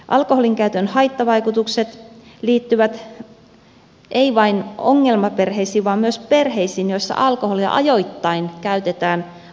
alkoholinkäytön haittavaikutukset liittyvät ei vain ongelmaperheisiin vaan myös perheisiin joissa alkoholia ajoittain käytetään ajattelemattomasti